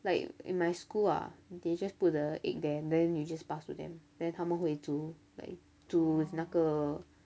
like in my school ah they just put the egg there then you just pass to them then 他们会煮 like 煮 with 那个